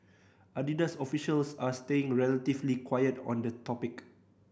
Adidas officials are staying relatively quiet on the topic